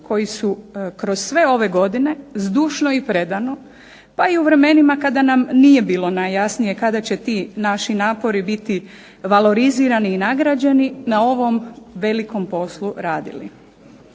koji su kroz sve ove godine zdušno i predano pa i u vremenima kada nam nije bilo najjasnije kada će ti naši napori biti valorizirani i nagrađeni, na ovom velikom poslu radili.